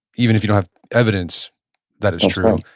even if you don't have evidence that is true,